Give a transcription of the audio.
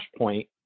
flashpoint